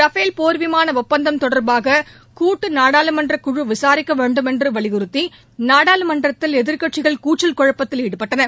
Rafale போர் விமான ஒப்பந்தம் தொடர்பாக கூட்டு நாடாளுமன்றக்குழு விசாரிக்க வேண்டுமென்று வலியுறுத்தி நாடாளுமன்றத்தில் எதிர்க்கட்சிகள் கூச்சல் குழப்பத்தில் ஈடுபட்டன